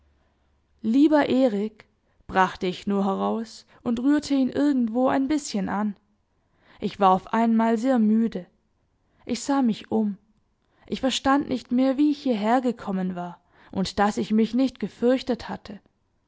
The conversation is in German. lieber erik brachte ich nur heraus und rührte ihn irgendwo ein bißchen an ich war auf einmal sehr müde ich sah mich um ich verstand nicht mehr wie ich hierher gekommen war und daß ich mich nicht gefürchtet hatte